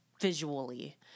visually